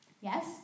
Yes